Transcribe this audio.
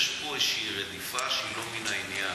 יש פה איזושהי רדיפה שהיא לא מן העניין.